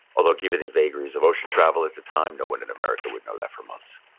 although, given the vagaries of ocean travel at the time, no one in america would know that for months